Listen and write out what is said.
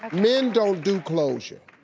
um men don't do closure.